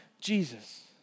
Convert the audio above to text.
Jesus